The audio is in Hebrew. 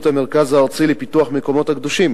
המרכז הארצי לפיתוח המקומות הקדושים,